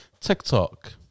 TikTok